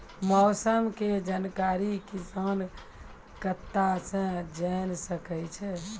मौसम के जानकारी किसान कता सं जेन सके छै?